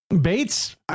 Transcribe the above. Bates